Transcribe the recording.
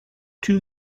two